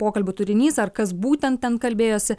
pokalbių turinys ar kas būtent ten kalbėjosi